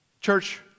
Church